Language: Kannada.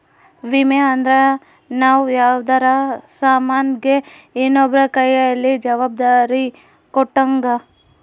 ವಿಮೆ ಅಂದ್ರ ನಮ್ ಯಾವ್ದರ ಸಾಮನ್ ಗೆ ಇನ್ನೊಬ್ರ ಕೈಯಲ್ಲಿ ಜವಾಬ್ದಾರಿ ಕೊಟ್ಟಂಗ